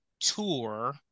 tour